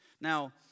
Now